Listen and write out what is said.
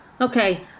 Okay